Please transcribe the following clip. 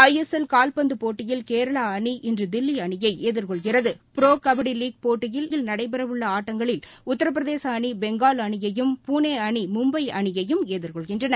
ISL கால்பந்து போட்டியில் கேரள அணி இன்று தில்லி அணியை எதிர்கொள்கிறது புரோ கபடி லீக் போட்டியில் இன்று நடைபெறவுள்ள ஆட்டங்களில் உத்தரபிரதேச அணி பெங்கால் அணியையும் புனே அணி மும்பை அணியையும் எதிர்கொள்கின்றன